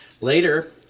Later